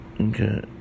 Okay